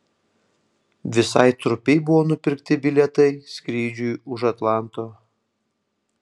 visai trupei buvo nupirkti bilietai skrydžiui už atlanto